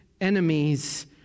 enemies